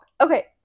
Okay